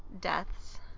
deaths